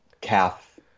calf